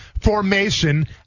formation